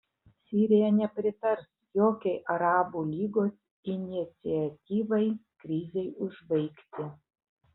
sirija nepritars jokiai arabų lygos iniciatyvai krizei užbaigti